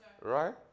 Right